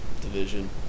division